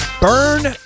burn